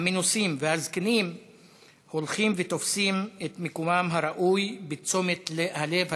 המנוסים והזקנים הולכים ותופסים את מקומם הראוי בתשומת הלב הציבורית,